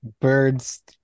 birds